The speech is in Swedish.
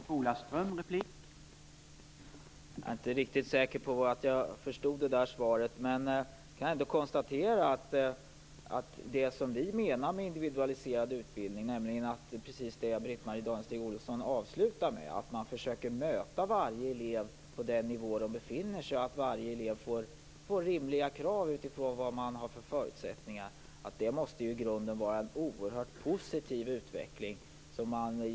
Herr talman! Jag är inte riktigt säker på att jag förstod det där svaret. Men jag kan ändå konstatera att det som vi menar med individualiserad utbildning, nämligen precis det som Britt-Marie Danestig Olofsson avslutade med, är att man försöker möta varje elev på den nivå han eller hon befinner sig och att det ställs rimliga krav på varje elev utifrån vars och ens förutsättningar. Det måste i grunden vara en oerhört positiv utveckling.